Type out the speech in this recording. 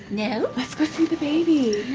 no let's go see the baby